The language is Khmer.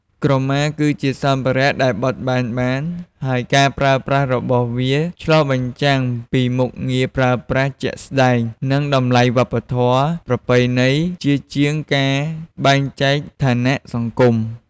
ក្រមាគឺជាសម្ភារៈដែលបត់បែនបាន ហើយការប្រើប្រាស់របស់វាឆ្លុះបញ្ចាំងពី មុខងារប្រើប្រាស់ជាក់ស្តែង និងតម្លៃវប្បធម៌ ប្រពៃណី ជាជាងការបែងចែកឋានៈសង្គម។